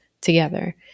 together